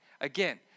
Again